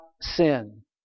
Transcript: sin